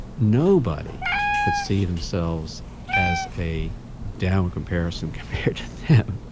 nobody could see themselves as a down comparison compared